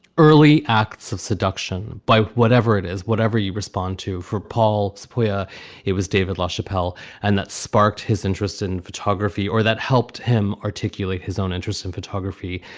early acts of seduction by whatever it is, whatever you respond to. for paul, whether it was david lachapelle and that sparked his interest in photography or that helped him articulate his own interest in photography.